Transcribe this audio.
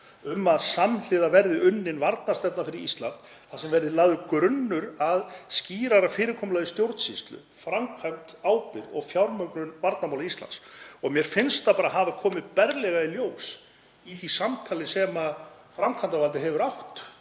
um að samhliða verði unnin varnarstefna fyrir Ísland þar sem grunnur verði lagður að skýrara fyrirkomulagi stjórnsýslu, framkvæmdar, ábyrgðar og fjármögnunar varnarmála Íslands. Mér finnst það hafa komið berlega í ljós í því samtali sem framkvæmdarvaldið hefur átt